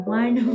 one